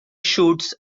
shoots